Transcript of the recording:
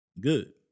good